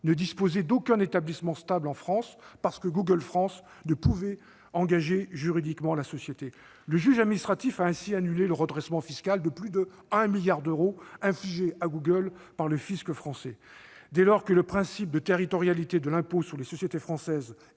ne disposait d'aucun établissement stable en France, parce que Google France ne pouvait engager juridiquement la société et a ainsi annulé le redressement fiscal de plus de 1 milliard d'euros infligé à Google par le fisc français. Dès lors que le principe de territorialité de l'impôt sur les sociétés françaises